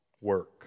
work